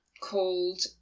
called